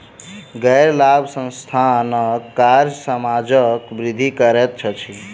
गैर लाभ संस्थानक कार्य समाजक वृद्धि करैत अछि